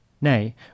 Nay